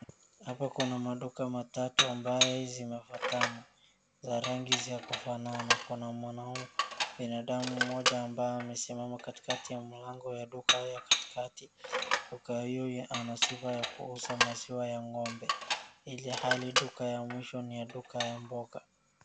Hapa kuna maduka matatu ambaye zimefuatana, za rangi za kufanana. Kuna mwanaume, binadamu mmoja ambaye amesimama katikati ya mlango ya duka ya katikati, duka hio anasifa ya kuuza maziwa ya ng'ombe, ilhali duka ya mwisho ni ya duka ya mboga.